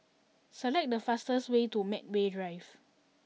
select the fastest way to Medway Drive